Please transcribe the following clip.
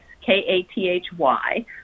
K-A-T-H-Y